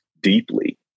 deeply